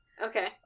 okay